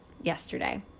yesterday